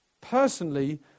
personally